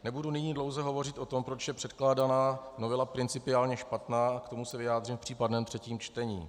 Nebudu nyní dlouze hovořit o tom, proč je předkládaná novela principiálně špatná, k tomu se vyjádřím v případném třetím čtení.